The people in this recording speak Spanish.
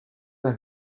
las